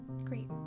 Great